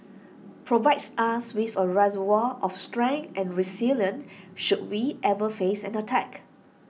provides us with A reservoir of strength and resilience should we ever face an attack